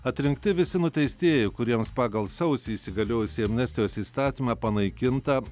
atrinkti visi nuteistieji kuriems pagal sausį įsigaliojusį amnestijos įstatymą panaikinta